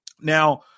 Now